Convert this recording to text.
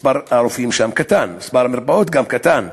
מספר הרופאים שם קטן, מספר המרפאות גם קטן.